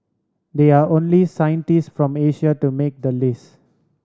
they are only scientist from Asia to make the list